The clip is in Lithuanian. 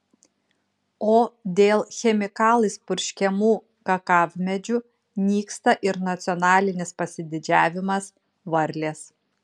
o dėl chemikalais purškiamų kakavmedžių nyksta ir nacionalinis pasididžiavimas varlės